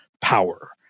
power